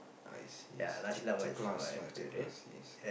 ah I see I see it's a it's a class lah it's a class yes